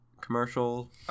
commercial